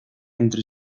entre